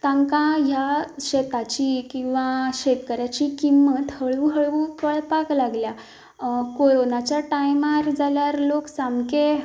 तांकां ह्या शेताची किंवा शेतकऱ्याची किमंत हळूहळू कळपाक लागल्या कोरोनाच्या टायमार जाल्यार लोक सामकें